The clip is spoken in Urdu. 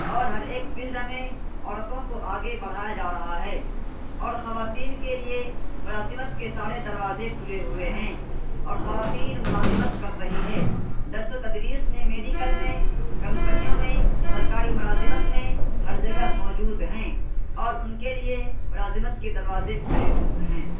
اور ہر ایک فیلڈ میں عورتوں کو آگے بڑھایا جا رہا ہے اور خواتین کے لیے ملازمت کے سارے دروازے کھلے ہوئے ہیں اور خواتین ملازمت کر رہی ہیں درس و تدریس میں میڈیکل میں کمپنیوں میں سرکاری ملازمت میں ہر جگہ موجود ہیں اور ان کے لیے ملازمت کے دروازے کھلے ہوئے ہیں